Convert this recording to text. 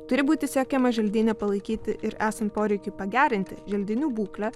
turi būti siekiama želdyne palaikyti ir esant poreikiui pagerinti želdinių būklę